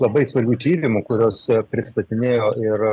labai svarbių tyrimų kuriuose pristatinėjo ir